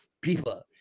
people